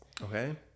Okay